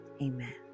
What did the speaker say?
amen